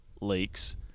leaks